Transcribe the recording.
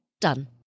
Done